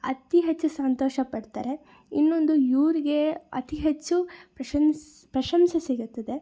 ಅತಿ ಹೆಚ್ಚು ಸಂತೋಷಪಡ್ತಾರೆ ಇನ್ನೊಂದು ಇವ್ರಿಗೆ ಅತಿ ಹೆಚ್ಚು ಪ್ರಶಂಸೆ ಪ್ರಶಂಸೆ ಸಿಗುತ್ತದೆ